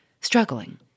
struggling